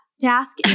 task